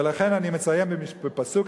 ולכן אני מסיים בפסוק,